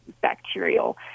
bacterial